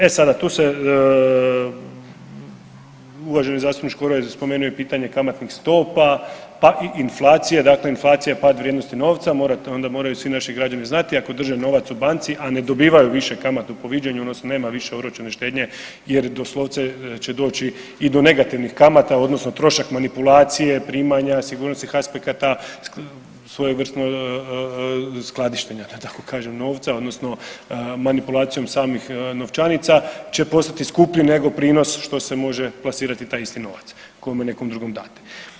E sada, tu se uvaženi zastupnik Škoro je spomenuo i pitanje kamatnih stopa pa i inflacije, dakle inflacija je pad vrijednosti novca onda moraju svi naši građani znati ako drže novac u banci, a ne dobivaju više kamatu po viđenju odnosno nema više oročene štednje jer doslovce će doći i do negativnih kamata odnosno trošak manipulacije, primanja i sigurnosnih aspekata svojevrsno skladištenja da tako kažem novca odnosno manipulacijom samih novčanica će postati skuplji nego prinos što se može plasirati taj isti novac kome nekom drugom date.